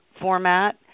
format